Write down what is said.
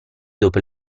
dopo